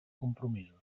compromisos